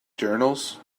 journals